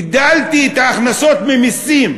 הגדלתי את ההכנסות ממסים.